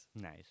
nice